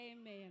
Amen